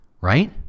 right